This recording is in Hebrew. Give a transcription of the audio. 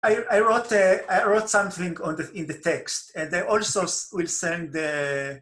‫כן, נכנסתי לספר משהו בטקסט, ‫ואני גם אשים את...